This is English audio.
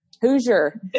Hoosier